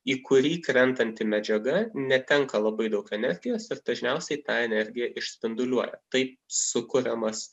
į kurį krentanti medžiaga netenka labai daug energijos ir dažniausiai tą energiją išspinduliuoja taip sukuriamas